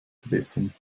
verbessern